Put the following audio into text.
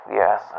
yes